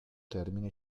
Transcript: termine